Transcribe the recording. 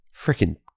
freaking